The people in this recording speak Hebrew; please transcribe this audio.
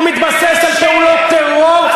הוא מתבסס על פעולות טרור,